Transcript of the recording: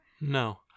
No